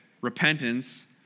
repentance